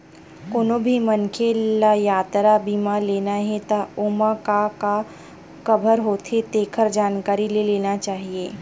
कोनो भी मनखे ल यातरा बीमा लेना हे त ओमा का का कभर होथे तेखर जानकारी ले लेना चाही